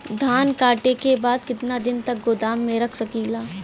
धान कांटेके बाद कितना दिन तक गोदाम में रख सकीला?